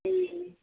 ए